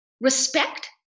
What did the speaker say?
respect